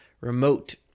remote